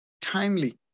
Timely